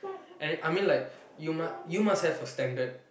and I mean like you must you must have a standard